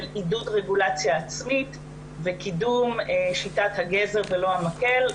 עידוד רגולציה עצמית וקידום שיטת הגזר ולא המקל,